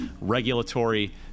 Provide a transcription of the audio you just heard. regulatory